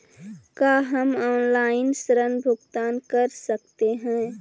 का हम आनलाइन ऋण भुगतान कर सकते हैं?